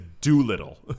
Doolittle